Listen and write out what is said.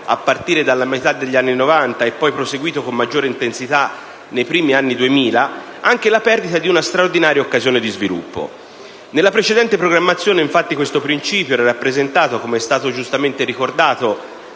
a partire dalla metà degli anni '90 e poi proseguito con maggiore intensità nei primi anni 2000, anche la perdita di una straordinaria occasione di sviluppo. Nella precedente programmazione, infatti, questo principio era rappresentato, com'è stato giustamente ricordato